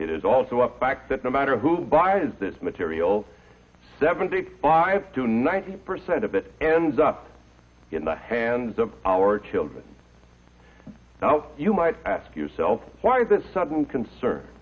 is also a fact that no matter who buys this material seventy five to ninety percent of it ends up in the hands of our children you might ask yourself why this sudden concern